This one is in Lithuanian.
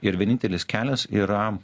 ir vienintelis kelias yra